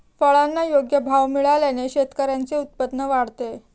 फळांना योग्य भाव मिळाल्याने शेतकऱ्यांचे उत्पन्न वाढते